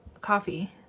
coffee